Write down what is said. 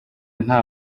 nta